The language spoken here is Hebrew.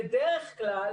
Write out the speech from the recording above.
בדרך כלל,